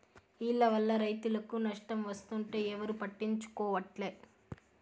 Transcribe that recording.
ఈల్ల వల్ల రైతులకు నష్టం వస్తుంటే ఎవరూ పట్టించుకోవట్లే